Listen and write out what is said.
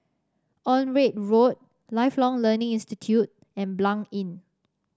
Onraet Road Lifelong Learning Institute and Blanc Inn